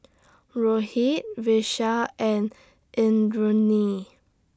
Rohit Vishal and Indranee